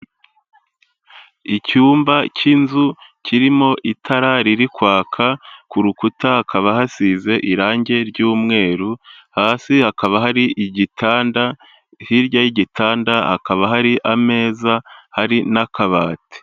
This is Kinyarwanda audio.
Icyumba cy'inzu, kirimo itara riri kwaka, ku rukuta hakaba hasize irangi ry'umweru, hasi hakaba hari igitanda, hirya y'igitanda hakaba hari ameza, hari n'akabati.